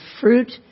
fruit